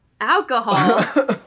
alcohol